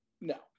No